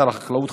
שר החקלאות,